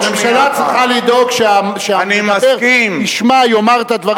ממשלה צריכה לדאוג שהמדבר בשמה יאמר את הדברים שהיא רוצה לשמוע.